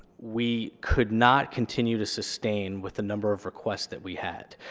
we could not continue to sustain with the number of requests that we had.